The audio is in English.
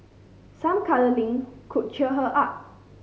some cuddling could cheer her up